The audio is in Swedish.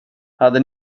hade